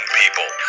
people